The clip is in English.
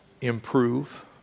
Improve